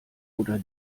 oder